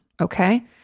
okay